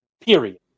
period